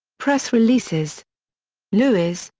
press releases lewis,